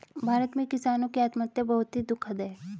भारत में किसानों की आत्महत्या बहुत ही दुखद है